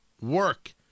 work